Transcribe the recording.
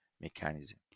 mechanism